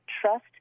trust